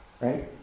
right